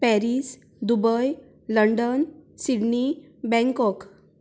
Paris Dubai London Sydney Bangkok